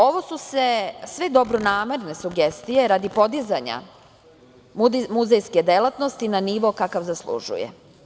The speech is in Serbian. Ovo su sve dobronamerne sugestije radi podizanja muzejske delatnosti na nivo kakav zaslužuje.